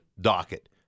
docket